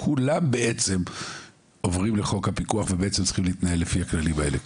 כולם בעצם עוברים לחוק הפיקוח ובעצם צריכים להתנהל לפי הכללים האלה,